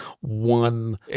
one